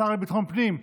השר לביטחון פנים,